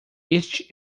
este